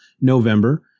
November